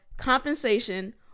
compensation